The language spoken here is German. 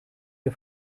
der